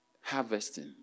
harvesting